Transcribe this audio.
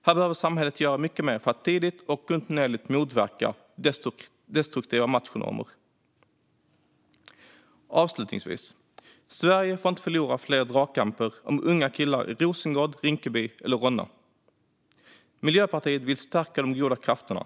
Här behöver samhället göra mycket mer för att tidigt och kontinuerligt motverka destruktiva machonormer. Avslutningsvis: Sverige får inte förlora fler dragkamper om unga killar i Rosengård, Rinkeby eller Ronna. Miljöpartiet vill stärka de goda krafterna.